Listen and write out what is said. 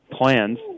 plans